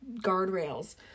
guardrails